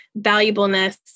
valuableness